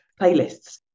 playlists